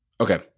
Okay